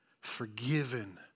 forgiven